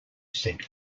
said